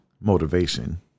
motivation